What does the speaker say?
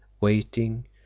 waiting